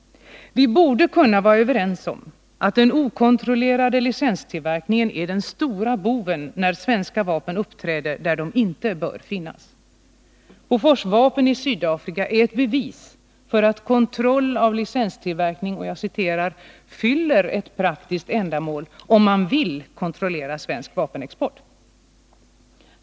Vi borde kunna vara överens om att den okontrollerade licenstillverkningen är den stora boven när svenska vapen uppträder där de inte bör finnas. Boforsvapen i Sydafrika är ett bevis för att kontroll av licenstillverkning ”fyller ett praktiskt ändamål” om man vill kontrollera svensk vapenexport.